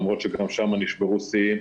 למרות שגם שם נשברו שיאים.